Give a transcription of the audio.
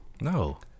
No